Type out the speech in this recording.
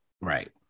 Right